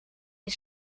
die